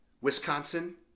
Wisconsin